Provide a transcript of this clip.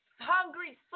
hungry